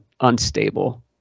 unstable